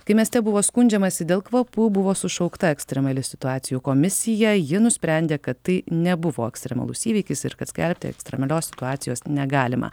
kai mieste buvo skundžiamasi dėl kvapų buvo sušaukta ekstremali situacijų komisija ji nusprendė kad tai nebuvo ekstremalus įvykis ir kad skelbti ekstremalios situacijos negalima